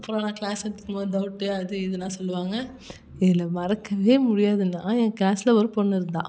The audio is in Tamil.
அப்புறம் நான் க்ளாஸ் எடுத்திருக்கும்போது டௌட்டு அது இதெலாம் சொல்லுவாங்க இதில் மறக்கவே முடியாதுன்னால் என் க்ளாஸ்ல ஒரு பொண்ணு இருந்தாள்